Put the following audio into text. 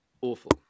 awful